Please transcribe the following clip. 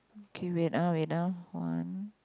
K wait ah wait ah one